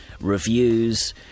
reviews